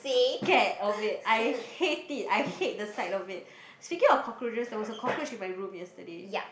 scared of it I hate it I hate the sight of it speaking of cockroaches there was a cockroach in my room yesterday